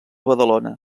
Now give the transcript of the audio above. badalona